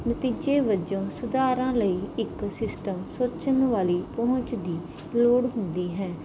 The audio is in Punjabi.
ਨਤੀਜੇ ਵਜੋਂ ਸੁਧਾਰਾਂ ਲਈ ਇੱਕ ਸਿਸਟਮ ਸੋਚਣ ਵਾਲੀ ਪਹੁੰਚ ਦੀ ਲੋੜ ਹੁੰਦੀ ਹੈ